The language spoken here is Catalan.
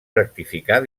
rectificar